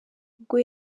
ubwo